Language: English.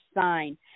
sign